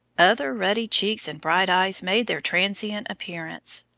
other ruddy cheeks and bright eyes made their transient appearance,